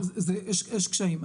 יש קשיים.